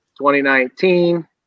2019